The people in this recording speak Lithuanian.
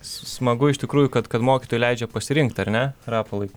smagu iš tikrųjų kad kad mokytojai leidžia pasirinkt ar ne rapolai